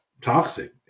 toxic